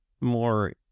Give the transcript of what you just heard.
more